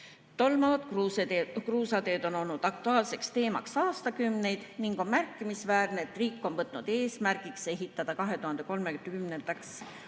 Tolmavad kruusateed on olnud aktuaalseks teemaks aastakümneid ning on märkimisväärne, et riik on võtnud eesmärgiks ehitada 2030.